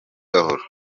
gahoro